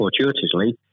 fortuitously